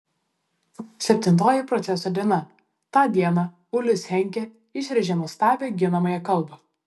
septintoji proceso diena tą dieną ulis henkė išrėžė nuostabią ginamąją kalbą